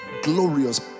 glorious